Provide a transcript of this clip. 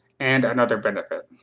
and another benefit.